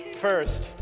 first